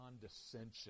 condescension